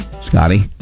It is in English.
Scotty